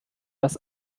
das